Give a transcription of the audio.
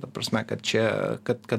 ta prasme kad čia kad kad